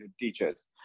teachers